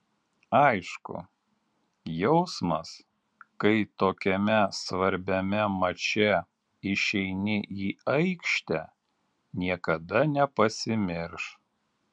aišku jausmas kai tokiame svarbiame mače išeini į aikštę niekada nepasimirš